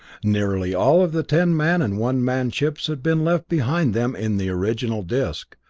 nearly all of the ten-man and one-man ships had been left behind them in the original disc,